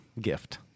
gift